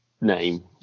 name